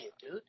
dude